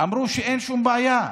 שאין שום בעיה,